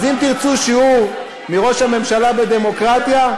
אז אם תרצו שיעור מראש הממשלה בדמוקרטיה,